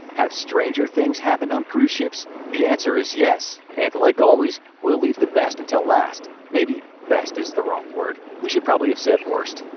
have stranger things happened on cruise ships? the answer is yes, and like always, we'll leave the best until last. maybe best is the wrong word we should probably have said worst.